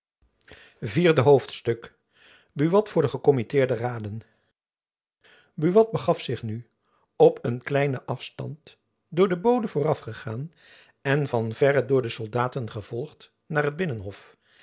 vierde hoofdstuk buat voor gekommitteerde raden buat begaf zich nu op een kleinen afstand door den bode voorafgegaan en van verre door de soldaten gevolgd naar het binnenhof